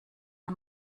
der